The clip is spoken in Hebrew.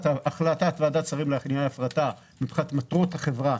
ועדת השרים לענייני הפרטה מבחינת מטרות החברה,